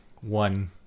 one